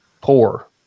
poor